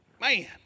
man